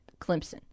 Clemson